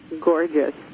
Gorgeous